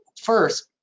first